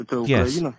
Yes